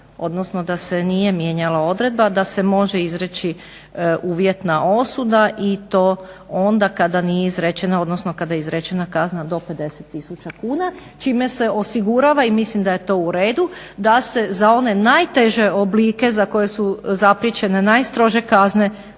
odnosno da se nije mijenjala odredba da se može izreći uvjetna osuda i to onda kada nije izrečena, odnosno kada je izrečena kazna do 50 tisuća kuna čime se osigurava i mislim da je to u redu da se za one najteže oblike za koje su zapriječene najstrože kazne